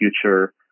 future